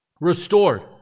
restored